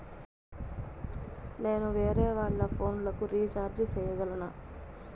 నేను వేరేవాళ్ల ఫోను లకు రీచార్జి సేయగలనా?